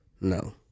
No